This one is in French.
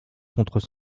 contre